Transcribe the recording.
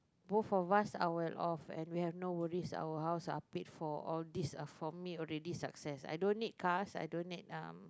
both for us I will off and we have no worries our house are paid for all this are for me already success I don't need cars I don't need um